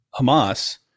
Hamas